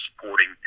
supporting